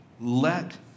let